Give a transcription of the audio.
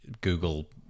google